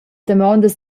damondas